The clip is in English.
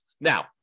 Now